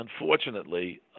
unfortunately